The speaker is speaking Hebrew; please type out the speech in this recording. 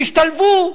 תשתלבו,